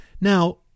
Now